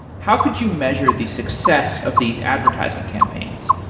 how could you measure the success of these advertising campaigns?